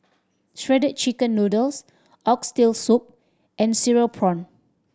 Shredded Chicken Noodles Oxtail Soup and cereal prawn